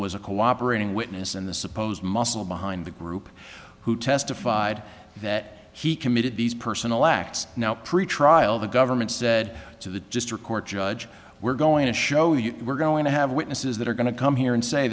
was a cooperating witness and the supposed muscle behind the group who testified that he committed these personal acts now pretrial the government said to the district court judge we're going to show you we're going to have witnesses that are going to come here